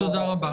תודה רבה.